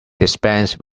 dispense